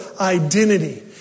identity